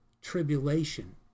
tribulation